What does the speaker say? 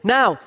Now